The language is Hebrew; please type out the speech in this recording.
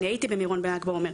אני הייתי במירון בל"ג בעומר.